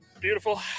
Beautiful